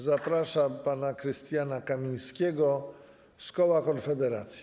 Zapraszam pana Krystiana Kamińskiego z koła Konfederacja.